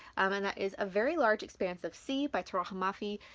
um and that is a very large expanse of sea by taherah mafi.